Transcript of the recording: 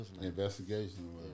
investigation